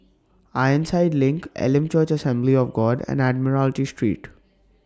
Ironside LINK Elim Church Assembly of God and Admiralty Street